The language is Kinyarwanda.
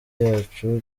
yacu